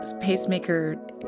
Pacemaker